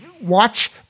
watch